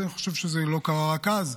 אני חושב שזה לא קרה רק אז,